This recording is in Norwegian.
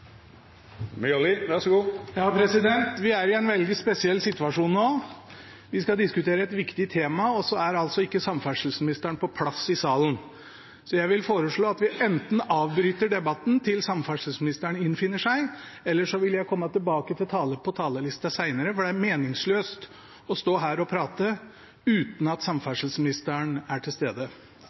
ikke samferdselsministeren på plass i salen. Jeg vil foreslå at vi enten avbryter debatten til samferdselsministeren innfinner seg, eller så vil jeg komme tilbake på talerlisten senere, for det er meningsløst å stå her og prate uten at samferdselsministeren er til stede.